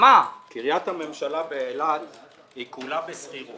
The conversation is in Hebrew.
קריית הממשלה באילת היא כולה בשכירות.